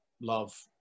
love